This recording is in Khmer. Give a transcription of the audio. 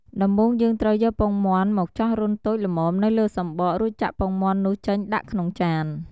ដំបូងយើងត្រូវ យកពងមាន់មកចោះរន្ធតូចល្មមនៅលើសំបក រួចចាក់ពងមាន់នោះចេញដាក់ក្នុងចាន។